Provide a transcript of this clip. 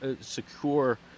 secure